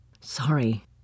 Sorry